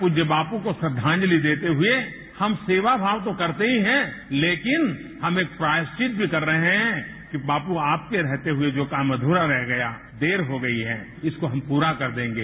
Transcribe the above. प्रज्य बापू को श्रद्वांजलि देते हुए हम सेवा भाव तो करते ही है लेकिन हम एक प्रायश्चित भी कर रहे है कि बापू आपके रहते हुए जो काम अध्ररा रह गया देर हो गई है उसको हम प्ररा कर देंगे